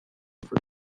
for